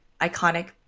iconic